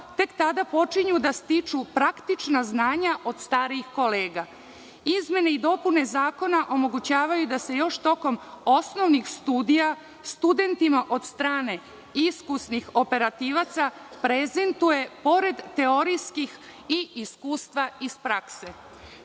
tek tada počinju da stiču praktična znanja od starijih kolega. Izmene i dopune zakona omogućavaju da se još tokom osnovnih studija, studentima od strane iskusnih operativaca prezentuje pored teorijskih i iskustva iz prakse. Takođe,